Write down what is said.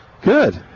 Good